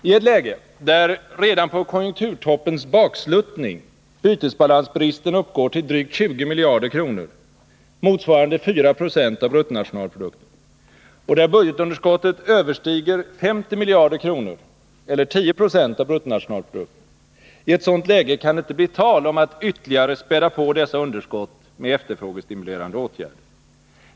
I ett läge, där redan på konjunkturtoppens baksluttning bytesbalansbristen uppgår till drygt 20 miljarder kronor, motsvarande 4 96 av bruttonationalprodukten, och där budgetunderskottet överstiger 50 miljarder kronor eller 10 26 av bruttonationalprodukten, kan det inte bli tal om att ytterligare späda på dessa underskott med efterfrågestimulerande åtgärder.